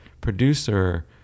producer